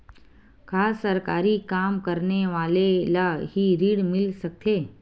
का सरकारी काम करने वाले ल हि ऋण मिल सकथे?